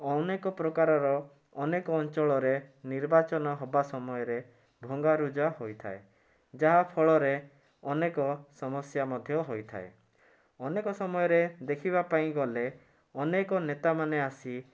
ଅନେକ ପ୍ରକାରର ଅନେକ ଅଞ୍ଚଳରେ ନିର୍ବାଚନ ହବା ସମୟରେ ଭଙ୍ଗାରୁଜା ହୋଇଥାଏ ଯାହାଫଳରେ ଅନେକ ସମସ୍ୟା ମଧ୍ୟ ହୋଇଥାଏ ଅନେକ ସମୟରେ ଦେଖିବା ପାଇଁ ଗଲେ ଅନେକ ନେତାମାନେ ଆସି